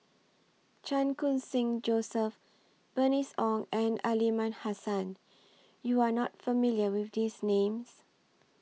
Chan Khun Sing Joseph Bernice Ong and Aliman Hassan YOU Are not familiar with These Names